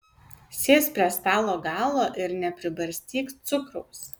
sėsk prie stalo galo ir nepribarstyk cukraus